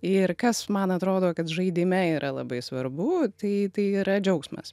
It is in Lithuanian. ir kas man atrodo kad žaidime yra labai svarbu tai tai yra džiaugsmas